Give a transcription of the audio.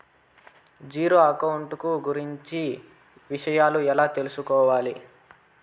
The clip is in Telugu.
జీరో అకౌంట్ కు గురించి విషయాలను ఎలా తెలుసుకోవాలి?